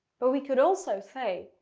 but we could also say,